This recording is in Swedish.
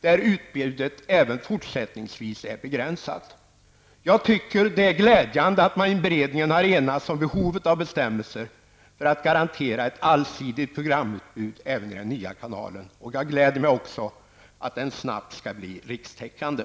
där utbudet även fortsättningsvis är begränsat. Jag tycker att det är glädjande att man i beredningen har enats om behovet av bestämmelser för att garantera ett allsidigt programutbud även i den nya kanalen. Jag gläder mig också åt att den snabbt skall bli rikstäckande.